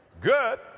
good